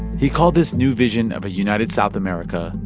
he called this new vision of a united south america.